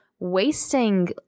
wasting